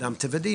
"אדם טבע ודין",